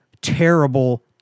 terrible